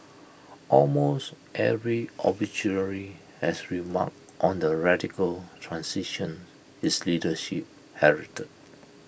almost every obituary has remarked on the radical transition his leadership heralded